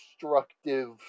destructive